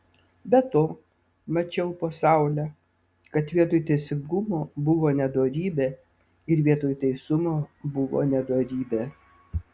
be to mačiau po saule kad vietoj teisingumo buvo nedorybė ir vietoj teisumo buvo nedorybė